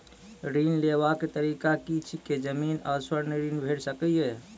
ऋण लेवाक तरीका की ऐछि? जमीन आ स्वर्ण ऋण भेट सकै ये?